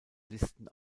listen